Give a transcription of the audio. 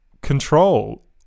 control